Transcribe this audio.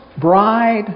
bride